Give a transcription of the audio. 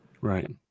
Right